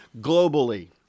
Globally